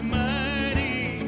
mighty